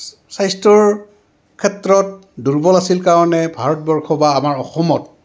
স্বাস্থ্যৰ ক্ষেত্ৰত দুৰ্বল আছিল কাৰণে ভাৰতবৰ্ষ বা আমাৰ অসমত